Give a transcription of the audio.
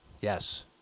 Yes